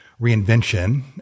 reinvention